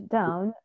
down